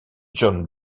john